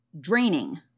draining